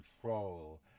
control